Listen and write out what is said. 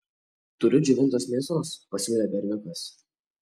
turiu džiovintos mėsos pasiūlė berniukas